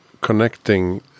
connecting